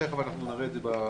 תכף נראה את זה בשקפים,